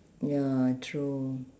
ya true